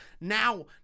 now